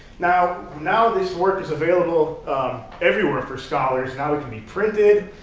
now now this works is available everywhere for scholars. now it can be printed.